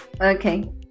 Okay